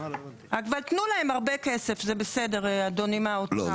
אבל תנו להם הרבה כסף, זה בסדר, אדוני מהאוצר.